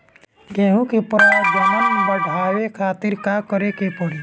गेहूं के प्रजनन बढ़ावे खातिर का करे के पड़ी?